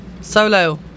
Solo